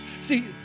See